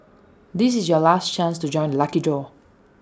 this is your last chance to join the lucky draw